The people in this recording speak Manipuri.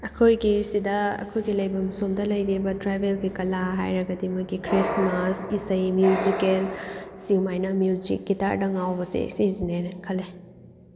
ꯑꯩꯈꯣꯏꯒꯤꯁꯤꯗ ꯑꯩꯈꯣꯏꯒꯤ ꯂꯩꯐꯝ ꯁꯣꯝꯗ ꯂꯩꯔꯤꯕ ꯇ꯭ꯔꯥꯏꯕꯦꯜꯒꯤ ꯀꯂꯥ ꯍꯥꯏꯔꯒꯗꯤ ꯃꯣꯏꯒꯤ ꯈ꯭ꯔꯤꯁꯃꯥꯁꯀꯤ ꯏꯁꯩ ꯃ꯭ꯌꯨꯖꯤꯀꯦꯜ ꯁꯨꯃꯥꯏꯅ ꯃ꯭ꯌꯨꯖꯤꯛ ꯒꯤꯇꯥꯔꯗ ꯉꯥꯎꯕꯁꯦ ꯁꯤꯁꯤꯅꯦꯅ ꯈꯜꯂꯦ